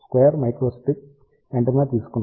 కాబట్టి L1 15